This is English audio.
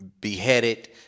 beheaded